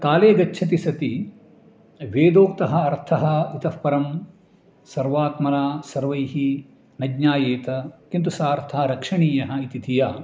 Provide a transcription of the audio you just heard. काले गच्छति सति वेदोक्तः अर्थः इतःपरं सर्वात्मना सर्वैः न ज्ञायेत किन्तु सः अर्थः रक्षणीयः इति धिया